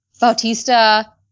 Bautista